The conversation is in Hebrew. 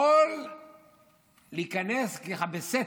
יכול להיכנס ככה בסתר.